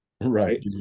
Right